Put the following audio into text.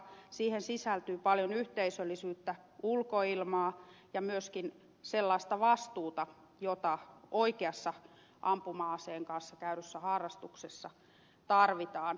siihen sisältyy paljon yhteisöllisyyttä ulkoilmaa ja myöskin sellaista vastuuta jota oikeassa ampuma aseen kanssa käydyssä harrastuksessa tarvitaan